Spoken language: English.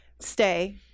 stay